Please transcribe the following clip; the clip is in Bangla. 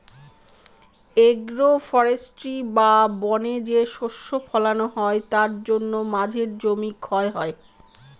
এগ্রো ফরেষ্ট্রী বা বনে যে শস্য ফলানো হয় তার জন্য মাঝের জমি ক্ষয় হয়